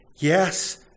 Yes